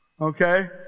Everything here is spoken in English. Okay